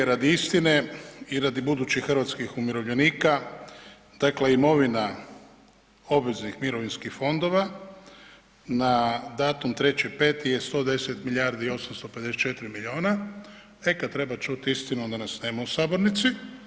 Radi istine i radi budućih hrvatskih umirovljenika dakle imovina obveznih mirovinskih fondova na datum 3.5.je 110 milijardi i 854 milijuna, e kada treba čuti istinu onda nas nema u sabornici.